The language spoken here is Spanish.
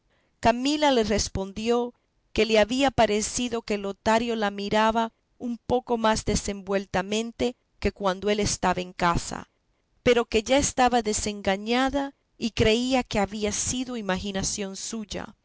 camila le respondió que le había parecido que lotario la miraba un poco más desenvueltamente que cuando él estaba en casa pero que ya estaba desengañada y creía que había sido imaginación suya